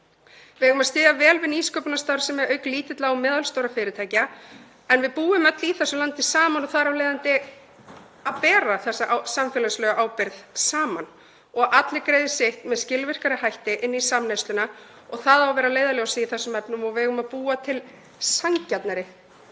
Við eigum að styðja vel við nýsköpunarstarfsemi auk lítilla og meðalstórra fyrirtækja en við búum öll saman í þessu landi og eigum þar af leiðandi að bera þessa samfélagslegu ábyrgð saman og allir að greiða sitt með skilvirkari hætti inn í samneysluna. Það á að vera leiðarljósið í þessum efnum og við eigum að búa til sanngjarnari